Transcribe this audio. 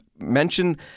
mention